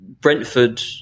Brentford